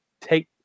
take